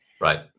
Right